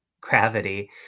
gravity